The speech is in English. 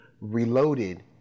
reloaded